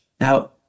Now